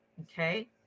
Okay